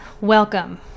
Welcome